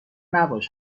نباش